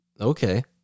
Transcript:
okay